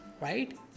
right